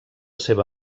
seva